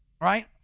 Right